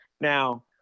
Now